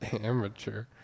Amateur